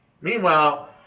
Meanwhile